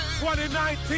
2019